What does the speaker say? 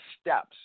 steps